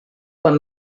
quan